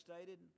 stated